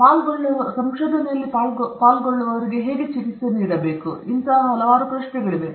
ಪಾಲ್ಗೊಳ್ಳುವವರನ್ನು ಸಂಶೋಧನೆಯಲ್ಲಿ ಹೇಗೆ ಚಿಕಿತ್ಸೆ ನೀಡಬೇಕೆಂಬುದರ ಬಗ್ಗೆ ಹಲವಾರು ಪ್ರಶ್ನೆಗಳಿವೆ